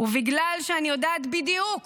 ובגלל שאני יודעת בדיוק